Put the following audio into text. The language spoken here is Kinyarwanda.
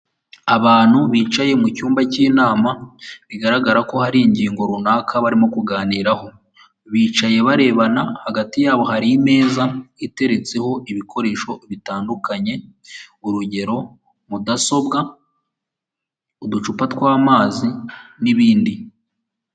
Abantu bicaye mucyumba cy'inama bigaragara ko hari ingingo runaka barimo kuganiraho, bicaye barebana hagati yabo hari imeza iteretseho ibikoresho bitandukanye, urugero: mudasobwa, uducupa tw'amazi n'ibindi.